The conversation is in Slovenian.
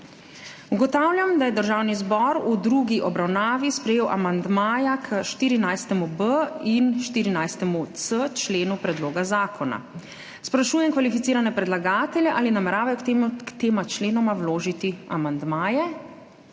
Ugotavljam, da je Državni zbor v drugi obravnavi sprejel amandmaja k 14.b in 14.c členu predloga zakona. Sprašujem kvalificirane predlagatelje, ali nameravajo k tema členoma vložiti amandmaje?